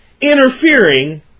interfering